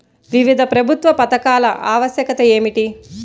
వివిధ ప్రభుత్వా పథకాల ఆవశ్యకత ఏమిటి?